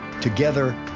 together